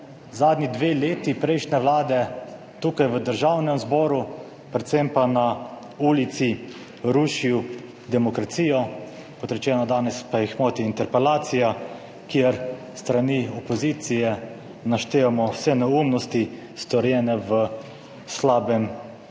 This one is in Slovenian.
zadnji dve leti prejšnje vlade tukaj v Državnem zboru, predvsem pa na ulici rušil demokracijo, kot rečeno, danes pa jih moti interpelacija, kjer s strani opozicije naštejemo vse neumnosti, storjene v slabem letu,